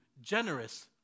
generous